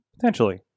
Potentially